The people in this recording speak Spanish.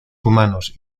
humanos